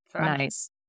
Nice